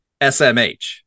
SMH